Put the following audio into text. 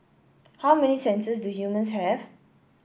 how many senses do humans have